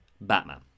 Batman